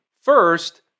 First